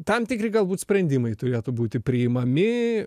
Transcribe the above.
tam tikri galbūt sprendimai turėtų būti priimami